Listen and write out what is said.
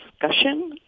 discussion